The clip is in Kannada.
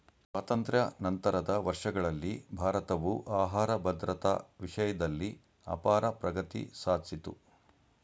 ಸ್ವಾತಂತ್ರ್ಯ ನಂತರದ ವರ್ಷಗಳಲ್ಲಿ ಭಾರತವು ಆಹಾರ ಭದ್ರತಾ ವಿಷಯ್ದಲ್ಲಿ ಅಪಾರ ಪ್ರಗತಿ ಸಾದ್ಸಿತು